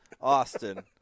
Austin